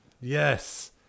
Yes